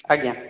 ଆଜ୍ଞା